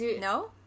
No